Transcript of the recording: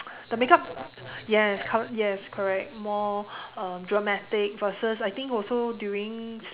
the makeup yes yes correct more uh dramatic versus I think also during